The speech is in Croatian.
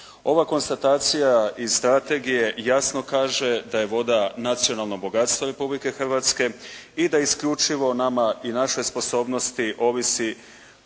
Ova konstatacija iz strategije jasno kaže da je voda nacionalno bogatstvo Republike Hrvatske i da isključivo nama i našoj sposobnosti ovisi